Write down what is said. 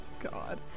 God